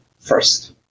first